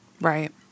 right